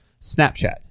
Snapchat